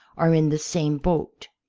are in the same boat.